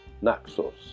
Naxos